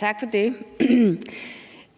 Tak for det.